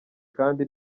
kandi